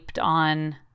on